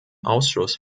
ausschuss